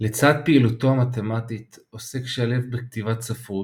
לצד פעילותו המתמטית עוסק שלו בכתיבת ספרות,